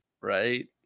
Right